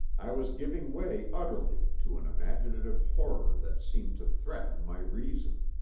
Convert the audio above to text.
i was giving way utterly to an imaginative horror that seemed to threaten my reason.